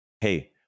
Hey